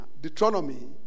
Deuteronomy